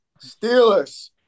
Steelers